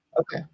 okay